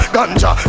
Ganja